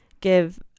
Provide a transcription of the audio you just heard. give